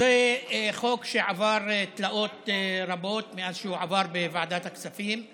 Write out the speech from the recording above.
זה חוק שעבר תלאות רבות מאז שהוא עבר בוועדת הכספים.